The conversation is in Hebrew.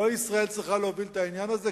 לא ישראל צריכה להוביל את העניין הזה,